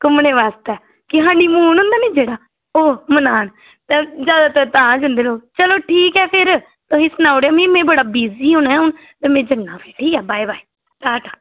घुम्मनै आस्तै की जेह्ड़ा हनीमून होंदा ना जेह्ड़ा ते ओह् मनान ते जैदातर तां जंद लोक ते ठीक ऐ फिर ते तुसें ई सनाई ओड़ेआ में बड़ा बिज़ी होना ऐ हून ते में जन्ना फिर बाय बाय टाटा